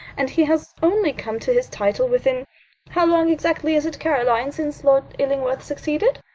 and he has only come to his title within how long exactly is it, caroline, since lord illingworth succeeded?